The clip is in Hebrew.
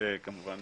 וכמובן